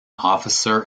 officer